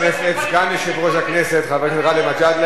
50% מהפשיעה זה במגזר הערבי.